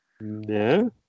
No